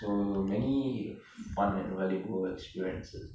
so many fun and valuable experiences